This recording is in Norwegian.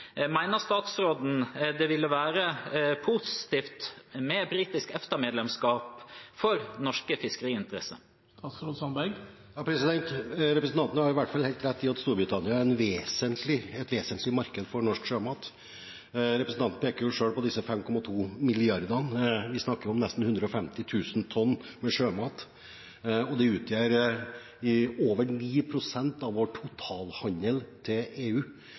statsråden det ville være positivt for norske fiskeriinteresser med britisk EFTA-medlemskap? Representanten har i hvert fall helt rett i at Storbritannia er et vesentlig marked for norsk sjømat. Representanten peker jo selv på disse 5,2 mrd. kr. Vi snakker om nesten 150 000 tonn med sjømat, og det utgjør over 9 pst. av vår totalhandel med EU.